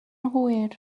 hwyr